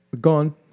gone